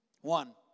One